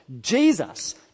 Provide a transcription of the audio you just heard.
Jesus